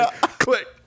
Click